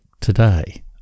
today